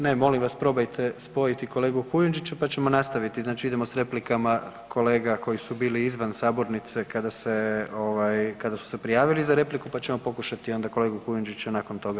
Ne, molim vas probajte spojiti kolegu Kujundžića, pa ćemo nastaviti, znači idemo s replikama kolega koji su bili izvan sabornice kada se ovaj, kada su se prijavili za repliku, pa ćemo pokušati onda kolegu Kujundžića nakon toga.